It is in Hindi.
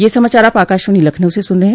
ब्रे क यह समाचार आप आकाशवाणी लखनऊ से सुन रहे हैं